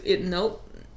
Nope